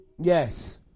Yes